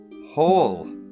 Hall